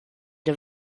der